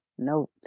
No